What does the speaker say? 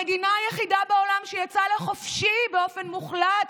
המדינה היחידה בעולם שיצאה לחופשי באופן מוחלט,